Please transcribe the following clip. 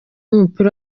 w’umupira